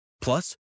Plus